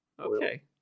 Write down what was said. Okay